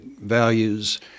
values